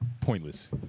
pointless